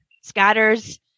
scatters